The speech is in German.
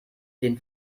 den